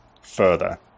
further